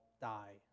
die